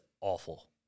awful